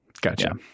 Gotcha